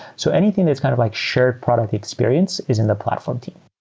so anything that's kind of like shared product experience is in the platform team.